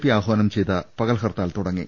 P ആഹ്വാനം ചെയ്ത പകൽ ഹർത്താൽ തുടങ്ങി